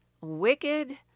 wicked